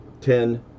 ten